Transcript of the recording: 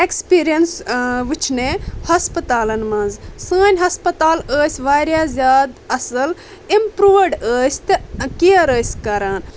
اٮ۪کٕس experience وٕچھنہ ہسپتالن منٛز سٲنۍ ہسپتال ٲسۍ واریاہ زیادٕ اصل اِمپروٗوٕڈ ٲسۍ تہٕ کیر ٲسۍ کران